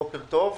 בוקר טוב.